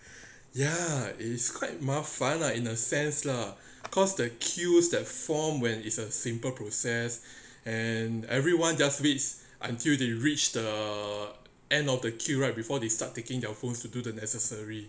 ya is quite 麻烦 lah in a sense lah cause the queues that form when is a simple process and everyone just waits until they reached the end of the queue right before they start taking their phones to do the necessary